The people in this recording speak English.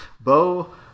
Bo